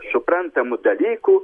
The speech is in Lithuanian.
suprantamų dalykų